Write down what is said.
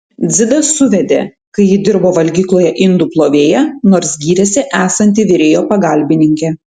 dzidas suvedė kai ji dirbo valgykloje indų plovėja nors gyrėsi esanti virėjo pagalbininkė